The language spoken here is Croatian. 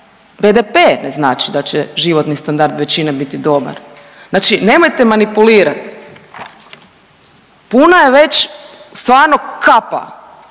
BDP ne znači da će životni standard većine biti dobar. Znači nemojte manipulirat. Puna je već stvarno kapa